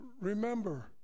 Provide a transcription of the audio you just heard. Remember